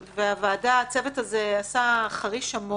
-- הצוות הזה עשה חריש עמוק.